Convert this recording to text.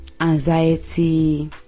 anxiety